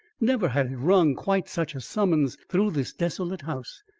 never had it rung quite such a summons through this desolate house.